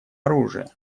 оружия